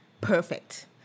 perfect